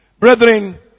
brethren